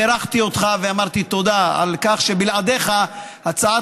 בירכתי אותך ואמרתי תודה על כך שבלעדיך הצעת